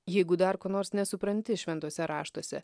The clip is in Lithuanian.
jeigu dar ko nors nesupranti šventuose raštuose